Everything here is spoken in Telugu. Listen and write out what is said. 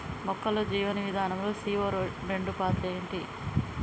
మొక్కల్లో జీవనం విధానం లో సీ.ఓ రెండు పాత్ర ఏంటి?